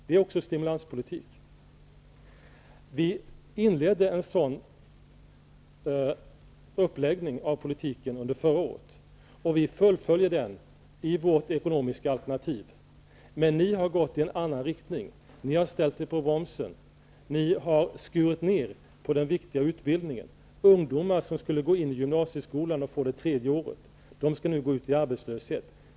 Det är också stimulanspolitik. Vi inledde den typen av uppläggning av politiken förra året, och vi fullföljer den i vårt ekonomiska alternativ. Men ni har gått i en annan riktning. Ni har ställt er på bromsen. Ni har skurit ner beträffande den viktiga utbildningen. Ungdomar som skulle gå in i gymnasieskolan och få det tredje året skall nu gå ut i arbetslöshet.